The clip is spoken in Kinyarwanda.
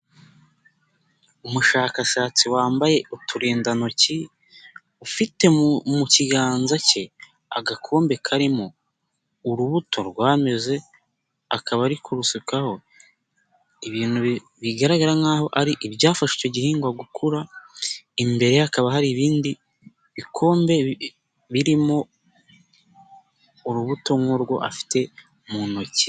Umushakashatsi wambaye uturindantoki ufite mu kiganza ke agakombe karimo urubuto rwameze akaba ari kurusukaho ibintu bigaragara nk'aho ari ibyafasha icyo gihingwa gukura, imbere hakaba hari ibindi bikombe birimo urubuto nk'urwo afite mu ntoki.